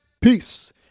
Peace